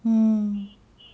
mm